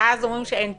ואז אומרים שאין תשובה.